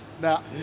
Now